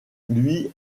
lui